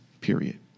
period